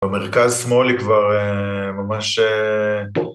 ‫המרכז שמאל היא כבר ממש...